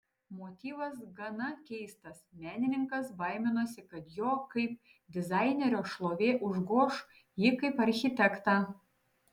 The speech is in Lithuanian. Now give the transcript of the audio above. motyvas gana keistas menininkas baiminosi kad jo kaip dizainerio šlovė užgoš jį kaip architektą